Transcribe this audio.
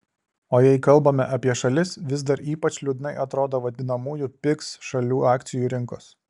o jei kalbame apie šalis vis dar ypač liūdnai atrodo vadinamųjų pigs šalių akcijų rinkos